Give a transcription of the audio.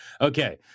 Okay